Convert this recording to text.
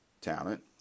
talent